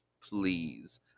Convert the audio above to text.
please